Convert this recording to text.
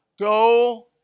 Go